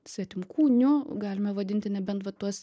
svetimkūniu galime vadinti nebent va tuos